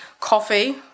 coffee